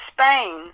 Spain